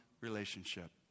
relationship